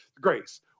Grace